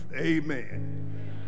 Amen